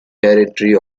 territory